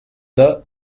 the